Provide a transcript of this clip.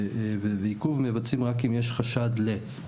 ועיכוב מבצעים רק אם יש חשד ל ---.